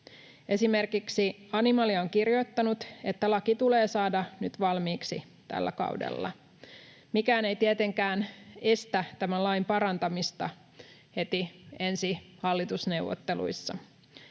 Esimerkiksi Animalia on kirjoittanut, että laki tulee saada valmiiksi tällä kaudella. Mikään ei tietenkään estä tämän lain parantamista heti ensi hallitusneuvotteluissa.